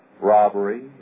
robbery